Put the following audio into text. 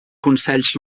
consells